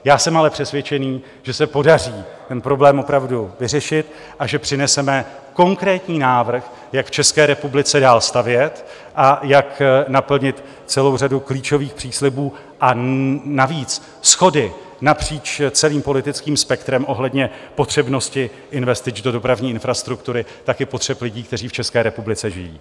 Já jsem ale přesvědčený, že se podaří ten problém opravdu vyřešit a že přineseme konkrétní návrh, jak v České republice dál stavět a jak naplnit celou řadu klíčových příslibů, a navíc shody napříč celým politickým spektrem ohledně potřebnosti investic do dopravní infrastruktury, tak i potřeb lidí, kteří v České republice žijí.